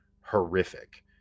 horrific